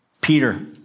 Peter